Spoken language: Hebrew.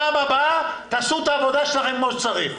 פעם הבאה תעשו את העבודה שלכם כמו שצריך.